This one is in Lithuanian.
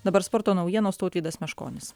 dabar sporto naujienos tautvydas meškonis